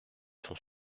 son